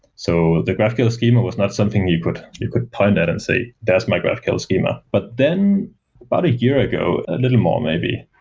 so the graphql schema was not something you could you could point at and say, that's my graphql schema. but then about year ago, a little more maybe,